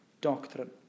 doctrine